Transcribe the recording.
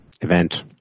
event